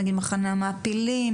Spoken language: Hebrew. נגיד מחנה המעפילים?